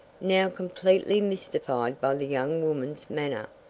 now completely mystified by the young woman's manner.